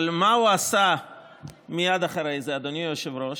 אבל מה הוא עשה מייד אחרי זה, אדוני היושב-ראש?